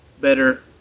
better